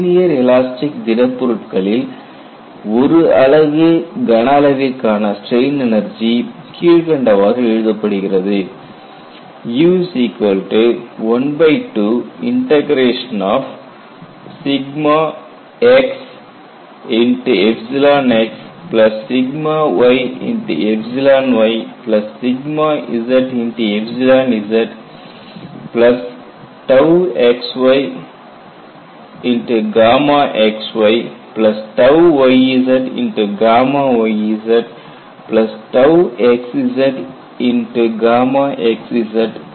linear elastic திடப் பொருட்களில் ஒரு அலகு கன அளவிற்கான ஸ்ட்ரெயின் எனர்ஜி கீழ்கண்டவாறு எழுதப்படுகிறது